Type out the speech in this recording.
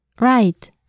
Right